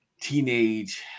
teenage